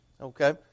okay